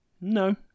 no